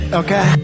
okay